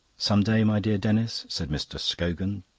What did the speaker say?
some day, my dear denis, said mr scogan,